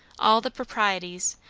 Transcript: all the proprieties,